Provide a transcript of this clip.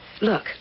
Look